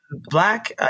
Black